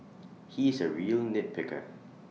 he is A real nitpicker